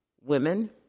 women